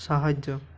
ସାହାଯ୍ୟ